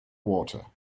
water